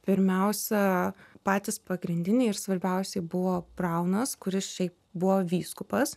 pirmiausia patys pagrindiniai ir svarbiausieji buvo braunas kuris šiaip buvo vyskupas